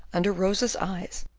under rosa's eyes,